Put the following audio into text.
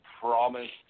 promised